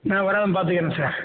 நான் வராமல் பார்த்துக்கிறேன் சார்